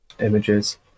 images